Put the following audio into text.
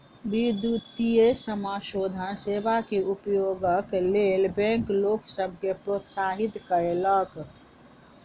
विद्युतीय समाशोधन सेवा के उपयोगक लेल बैंक लोक सभ के प्रोत्साहित कयलक